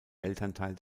elternteil